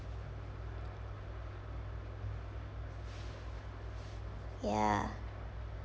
ya